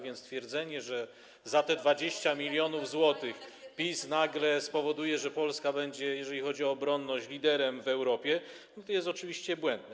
więc twierdzenie, że za te 20 mln zł PiS nagle spowoduje, że Polska będzie, jeżeli chodzi o obronność, liderem w Europie, jest oczywiście błędne.